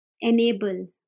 enable